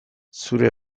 zure